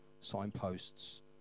signposts